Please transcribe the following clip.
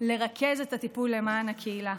לרכז את הטיפול למען הקהילה.